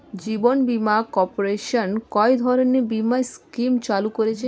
জীবন বীমা কর্পোরেশন কয় ধরনের বীমা স্কিম চালু করেছে?